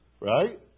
right